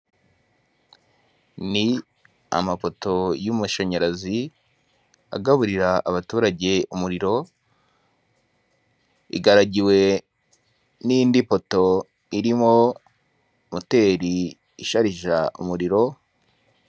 Ni amapoto y'amashanyarazi agaburira abaturage umuriro, igaragiwe n'indi poto irimo moteri isharija umuriro.